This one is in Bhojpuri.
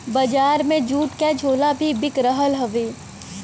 बजार में जूट क झोला भी बिक रहल हउवे